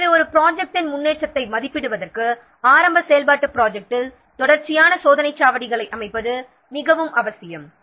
எனவே ஒரு ப்ராஜெக்ட்டின் முன்னேற்றத்தை மதிப்பிடுவதற்கு ஆரம்ப செயல்பாட்டுத் ப்ராஜெக்ட்டில் தொடர்ச்சியான சோதனைச் சாவடிகளை அமைப்பது மிகவும் அவசியம்